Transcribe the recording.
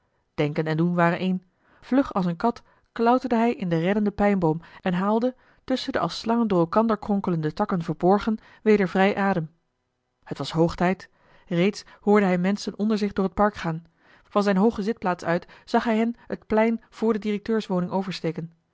en doen waren één vlug als eene kat klauterde hij in den reddenden pijnboom en haalde tusschen de als slangen door elkander kronkelende takken verborgen weder vrij adem het was hoog tijd reeds hoorde hij menschen onder zich door het park gaan van zijne hooge zitplaats uit zag hij hen het plein vr de directeurswoning oversteken